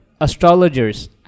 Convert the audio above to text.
astrologers